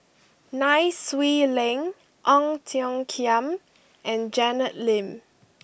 Nai Swee Leng Ong Tiong Khiam and Janet Lim